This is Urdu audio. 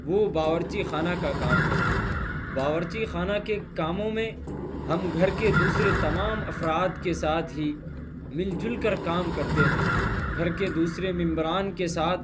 وہ باورچی خانہ کا کام ہے باورچی خانہ کے کاموں میں ہم گھر کے دوسرے تمام افراد کے ساتھ ہی مل جل کر کام کرتے ہیں گھر کے دوسرے ممبران کے ساتھ